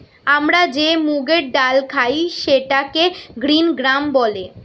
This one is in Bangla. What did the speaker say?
আমরা যে মুগের ডাল খাই সেটাকে গ্রিন গ্রাম বলে